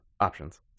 options